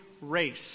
race